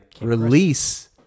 release